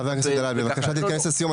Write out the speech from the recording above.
חה"כ דלל, בבקשה תתכנס לסיום.